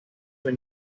son